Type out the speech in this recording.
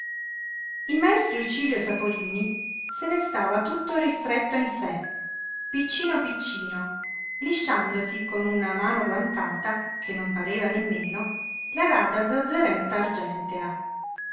il maestro icilio saporini se ne stava tutto ristretto in sé piccino piccino lisciandosi con una mano guantata che non pareva nemmeno la rada zazzeretta argentea